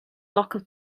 local